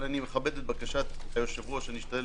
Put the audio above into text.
אבל אכבד את בקשת היושב-ראש לקצר.